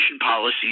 policies